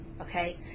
okay